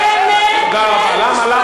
תודה.